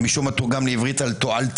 שמשום מה תורגם לעברית כתועלתיות.